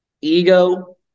ego